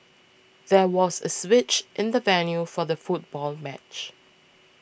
there was a switch in the venue for the football match